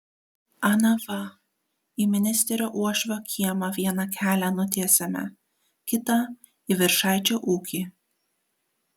ana va į ministerio uošvio kiemą vieną kelią nutiesėme kitą į viršaičio ūkį